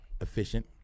efficient